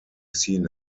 seen